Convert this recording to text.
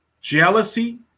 Jealousy